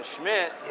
Schmidt